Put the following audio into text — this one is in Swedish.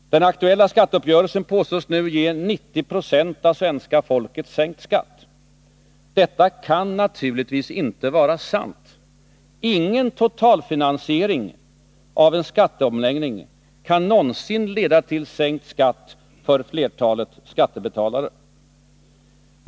Den nu aktuella skatteuppgörelsen påstås ge 90 90 av svenska folket sänkt skatt. Detta kan naturligtvis inte vara sant. Ingen totalfinansiering av en skatteomläggning kan någonsin leda till sänkt skatt för flertalet skattebetalare.